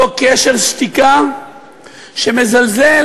אותו קשר שתיקה שמזלזל,